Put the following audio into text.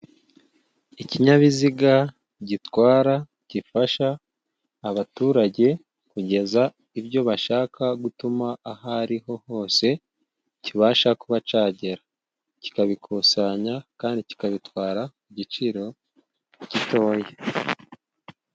Ikinyabiziga gitwara, gifasha abaturage kugeza ibyo bashaka gutuma, aho ari ho hose kibasha kuba cyagera. Kikabikusanya kandi kikabitwara ku giciro gitoya.